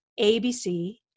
ABC